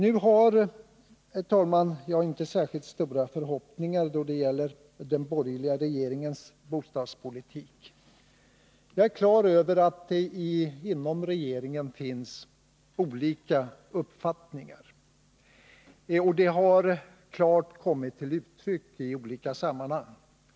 Nu har jag, herr talman, inte särskilt stora förhoppningar då det gäller den borgerliga regeringens bostadspolitik. Jag är på det klara med att det inom regeringen finns olika uppfattningar. Det har klart kommit till uttryck i olika sammanhang.